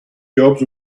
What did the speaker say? jobs